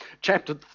Chapter